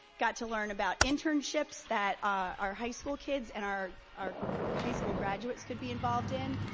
got to learn about internships that our high school kids and our our high school graduates could be involved in,